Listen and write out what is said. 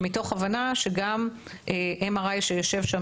וגם מתוך הבנה ש-MRI שיושב שם